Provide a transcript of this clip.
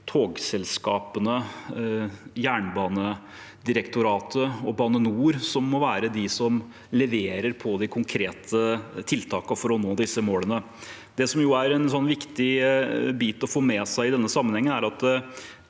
togselskapene, Jernbanedirektoratet og Bane NOR som må levere på de konkrete tiltakene for å nå disse målene. Det som er en viktig bit å få med seg i denne sammenhengen, er at